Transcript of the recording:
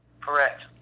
Correct